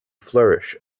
flourish